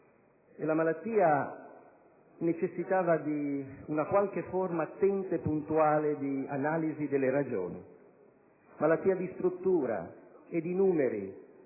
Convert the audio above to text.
e la malattia necessitava di una qualche forma attenta e puntuale di analisi delle ragioni. Malattia di struttura e di numeri,